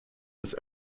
des